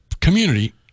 community